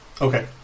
Okay